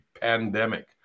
pandemic